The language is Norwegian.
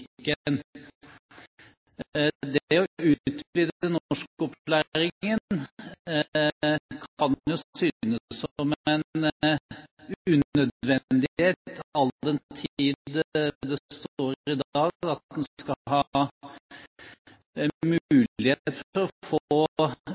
utvide norskopplæringen kan synes som en unødvendighet, all den tid det står i dag at en skal ha